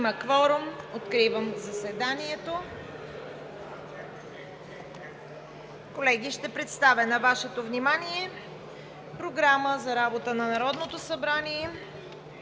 Има кворум. (Звъни.) Откривам заседанието. Колеги, ще представя на Вашето внимание Програма за работа на Народното събрание